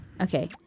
Okay